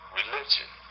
religion